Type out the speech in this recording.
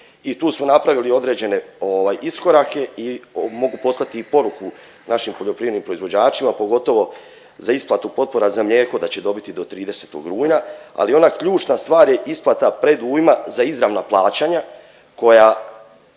i tu smo napravili određene ovaj iskorake i mogu poslati i poruku našim poljoprivrednim proizvođačima, pogotovo za isplatu potpora za mlijeko da će dobiti do 30. rujna, ali ona ključna stvar je isplata predujma za izravna plaćanja koja